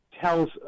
tells